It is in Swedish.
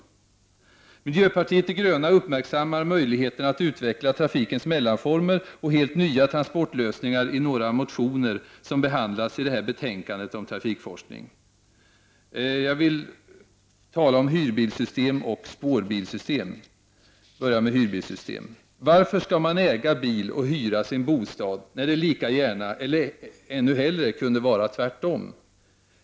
Vi i miljöpartiet de gröna uppmärksammar möjligheterna att utveckla trafikens mellanformer och helt nya transportlösningar i några motioner som behandlas i det här betänkandet om trafikforskning. Jag övergår nu till att tala om hyrbilsoch spårbilssystem. Jag börjar med att tala om hyrbilssystemet. Varför skall man äga bil och hyra bostad när det lika gärna, eller kanske ännu hellre, kunde vara tvärtom?